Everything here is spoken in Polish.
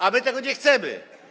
A my tego nie chcemy.